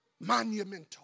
monumental